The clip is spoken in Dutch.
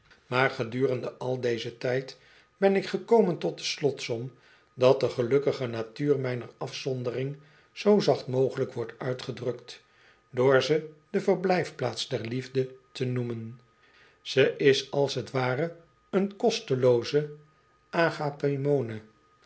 gedurende al dezen tijd ben ik gekomen tot de slotsom dat de gelukkige natuur mijner afzondering zoo zacht mogelijk wordt uitgedrukt door ze de verblijfplaats der liefde te noemen ze is als t ware eenkostelooze